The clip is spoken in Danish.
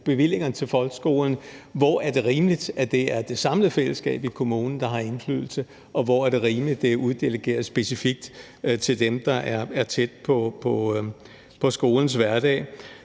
bevillingerne til folkeskolen, hvor er det så rimeligt, at det er det samlede fællesskab i kommunen, der har indflydelse, og hvor er det rimeligt, at det er uddelegeret specifikt til dem, der er tæt på skolens hverdag?